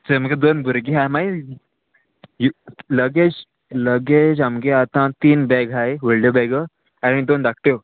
चोय मुगे दोन भुरगीं आहाय मागीर लगेज लगेज आमगे आतां तीन बॅग आहाय व्हडल्यो बॅगो आनी दोन धाकट्यो